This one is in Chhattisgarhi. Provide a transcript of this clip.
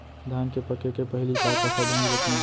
धान के पके के पहिली का का सावधानी रखना हे?